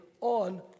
on